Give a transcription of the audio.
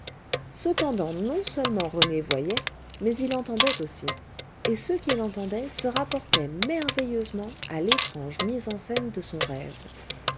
cependant non seulement rené voyait mais il entendait aussi et ce qu'il entendait se rapportait merveilleusement à l'étrange mise en scène de son rêve